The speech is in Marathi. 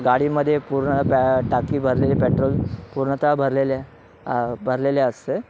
गाडीमध्ये पूर्ण पॅ टाकी भरलेली पेट्रोल पूर्णत भरलेले भरलेले असते